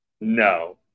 No